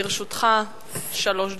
לרשותך שלוש דקות.